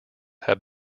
have